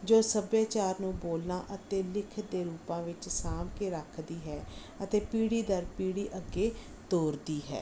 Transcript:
ਜੋ ਸੱਭਿਆਚਾਰ ਨੂੰ ਬੋਲਣਾ ਅਤੇ ਲਿਖ ਦੇ ਰੂਪਾਂ ਵਿੱਚ ਸਾਂਭ ਕੇ ਰੱਖਦੀ ਹੈ ਅਤੇ ਪੀੜ੍ਹੀ ਦਰ ਪੀੜ੍ਹੀ ਅੱਗੇ ਤੋਰਦੀ ਹੈ